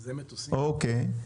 אוקיי.